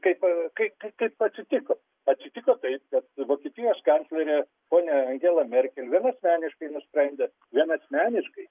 kaip kai kaip atsitiko atsitiko taip kad vokietijos kanclerė ponia angela merkel vienasmeniškai nusprendė vienasmeniškai